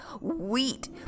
wheat